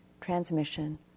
transmission